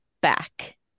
back